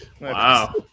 Wow